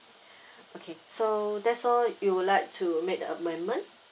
okay so that's all you would like to make the amendment